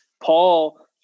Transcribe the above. Paul